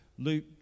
Luke